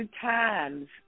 times